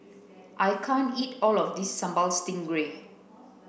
I can't eat all of this sambal stingray